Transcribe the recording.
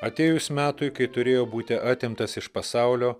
atėjus metui kai turėjo būti atimtas iš pasaulio